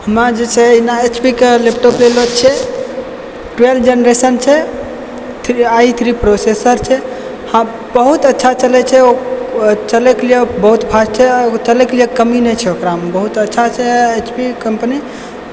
हमरा जे छै अहिना एच पी के लैपटॉप लेनौं छियै ट्वेल्व जेनरेशन छै आइ थ्री प्रॉसेसर छै हँ बहुत अच्छा चलै छै ओ चलै के लिए बहुत फ़ास्ट छै ओ चलै के लिए कमी नहि छै ओकरा मे बहुत अच्छा छै एच पी कम्पनी